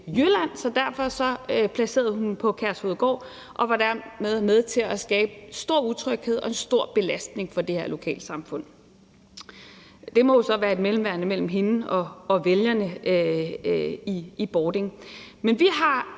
så derfor placerede hun dem på Kærshovedgård og var dermed med til at skabe stor utryghed og en stor belastning for det her lokalsamfund. Det må jo så være et mellemværende mellem hende og vælgerne i Bording.